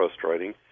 frustrating